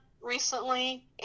Recently